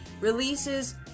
releases